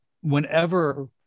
whenever